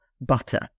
butter